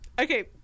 okay